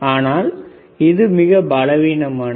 ஆனால் இந்தப் பண்பு பலவீனமானது